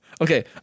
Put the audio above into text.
Okay